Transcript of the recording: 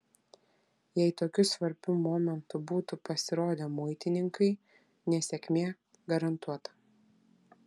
jei tokiu svarbiu momentu būtų pasirodę muitininkai nesėkmė garantuota